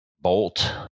bolt